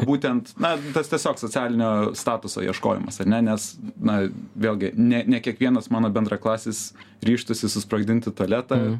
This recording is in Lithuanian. būtent na tas tiesiog socialinio statuso ieškojimas ar ne nes na vėlgi ne ne kiekvienas mano bendraklasis ryžtųsi susprogdinti tualetą